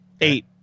Eight